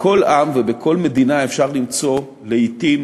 בכל עם ובכל מדינה אפשר למצוא לעתים